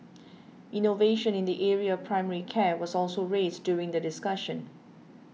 innovation in the area of primary care was also raised during the discussion